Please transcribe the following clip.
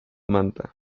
manta